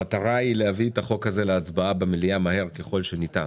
המטרה היא להביא את החוק הזה להצבעה במליאה מהר ככל שניתן.